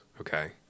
Okay